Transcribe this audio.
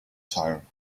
tire